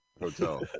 hotel